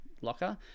locker